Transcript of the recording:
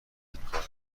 دیدگاه